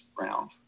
round